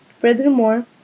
Furthermore